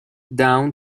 down